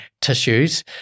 tissues